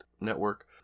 network